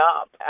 up